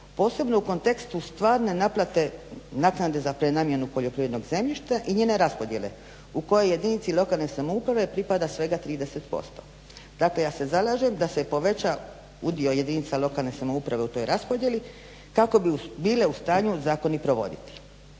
posebno u kontekstu stvarne naplate naknade za prenamjenu poljoprivrednog zemljišta i njene raspodjele u kojoj jedinici lokalne samouprave pripada svega 30%. Dakle ja se zalažem da se poveća udio jedinica lokalne samouprave u toj raspodjeli kako bi bile u stanju zakon i provoditi.